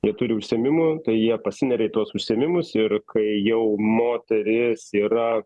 jie turi užsiėmimų tai jie pasineria į tuos užsiėmimus ir kai jau moteris yra